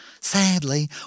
sadly